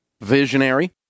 Visionary